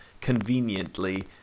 conveniently